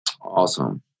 Awesome